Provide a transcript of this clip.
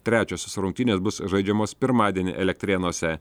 trečiosios rungtynės bus žaidžiamos pirmadienį elektrėnuose